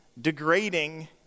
degrading